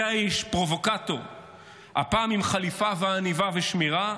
זה האיש, פרובוקטור, הפעם עם חליפה, עניבה ושמירה.